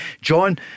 John